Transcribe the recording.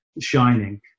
Shining